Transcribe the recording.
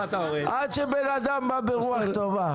עד שבן אדם בא ברוח טובה.